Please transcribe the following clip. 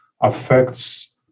affects